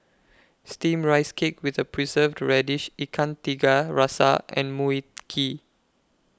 Steamed Rice Cake with The Preserved Radish Ikan Tiga Rasa and Mui Kee